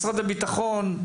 משרד הביטחון,